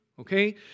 Okay